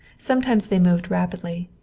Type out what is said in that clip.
sometimes they moved rapidly.